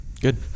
good